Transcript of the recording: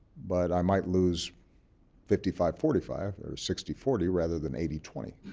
but i might lose fifty five forty five or sixty forty rather than eighty twenty.